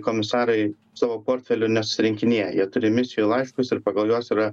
komisarai savo portfelių nesurinkinėja jie turi misijų laiškus ir pagal juos yra